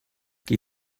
qui